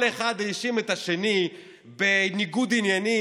כל אחד האשים את השני בניגוד עניינים.